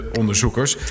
onderzoekers